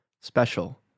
special